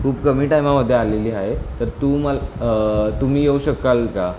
खूप कमी टायमामध्ये आलेली आहे तर तू मल तुम्ही येऊ शकाल का